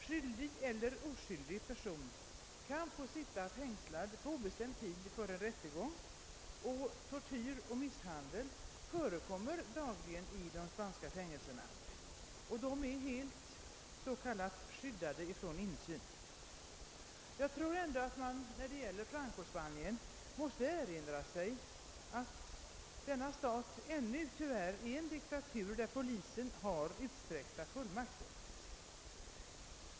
Skyldig eller oskyldig person kan där får sitta fängslad obestämd tid före en rättegång, och misshandel och tortyr förekommer dagligen i de spanska fängelserna, som är helt »skyddade» från insyn. Jag tror att vi ändå måste erinra oss att Francospanien tyvärr alltjämt är en diktatur och att polisen där har utsträckta fullmakter.